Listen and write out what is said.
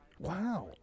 Wow